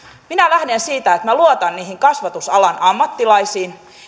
minä lähden siitä että minä luotan niihin kasvatusalan ammattilaisiin